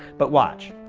but watch,